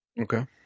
Okay